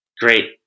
great